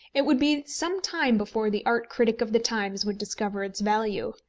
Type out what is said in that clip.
it would be some time before the art critic of the times would discover its value.